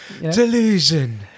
Delusion